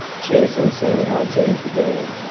just insane how it changed the game,